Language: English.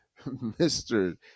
Mr